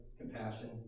Compassion